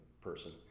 person